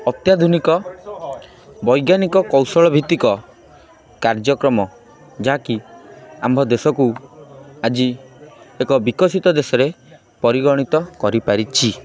ଅତ୍ୟାଧୁନିକ ବୈଜ୍ଞାନିକ କୌଶଳ ଭିତ୍ତିକ କାର୍ଯ୍ୟକ୍ରମ ଯାହାକି ଆମ୍ଭ ଦେଶକୁ ଆଜି ଏକ ବିକଶିତ ଦେଶରେ ପରିଗଣିତ କରିପାରିଛି